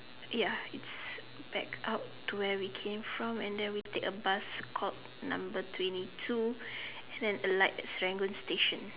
ya it's back out to where we came from and then we take a bus called number twenty two and then alight at Serangoon station